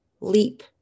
leap